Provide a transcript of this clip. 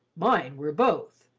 mine were both,